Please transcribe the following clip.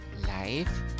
life